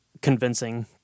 convincing